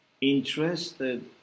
interested